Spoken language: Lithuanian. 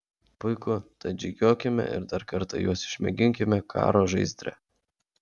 puiku tad žygiuokime ir dar kartą juos išmėginkime karo žaizdre